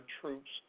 troops